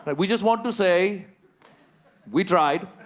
and we just want to say we tried.